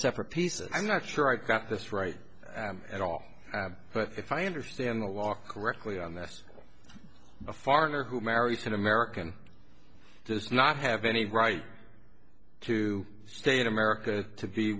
separate pieces i'm not sure i got this right at all but if i understand the law correctly on this a foreigner who married to an american does not have any right to stay in america to be